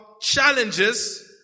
challenges